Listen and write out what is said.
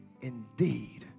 indeed